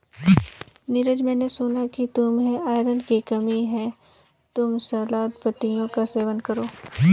नीरज मैंने सुना कि तुम्हें आयरन की कमी है तुम सलाद पत्तियों का सेवन करो